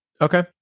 Okay